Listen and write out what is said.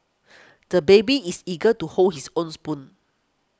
the baby is eager to hold his own spoon